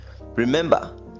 remember